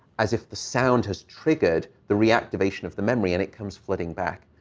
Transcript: as if the sound has triggered the reactivation of the memory, and it comes flooding back.